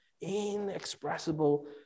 inexpressible